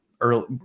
early